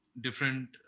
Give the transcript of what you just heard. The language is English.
different